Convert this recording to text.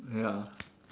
ya